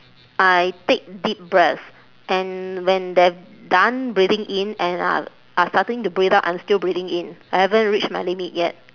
I take deep breaths and when they're done breathing in and are are starting to breathe out I'm still breathing in I haven't reach my limit yet